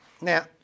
Now